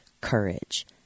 Courage